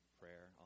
prayer